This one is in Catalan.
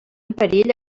perill